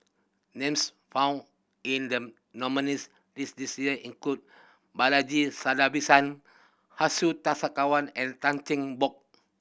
names found in the nominees' list this year include Balaji Sadasivan Hsu Tse Kwang and Tan Cheng Bock